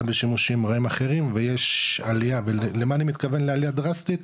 אלא בשימושים רעים אחרים ויש עלייה ולמה אני מתכוון לעלייה דרסטית?